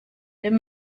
dem